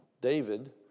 David